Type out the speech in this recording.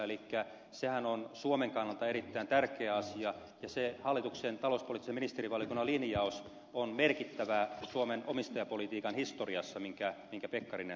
elikkä sehän on suomen kannalta erittäin tärkeä asia ja se hallituksen talouspoliittisen ministerivaliokunnan linjaus minkä pekkarinen sai läpi on merkittävä suomen omistajapolitiikan historiassa minkä irti karinen